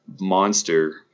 monster